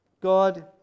God